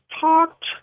talked